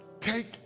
take